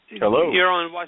Hello